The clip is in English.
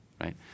right